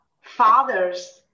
father's